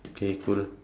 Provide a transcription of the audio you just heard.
okay good